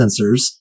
sensors